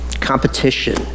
competition